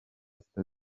sita